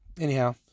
anyhow